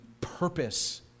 purpose